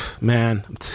man